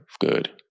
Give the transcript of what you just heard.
good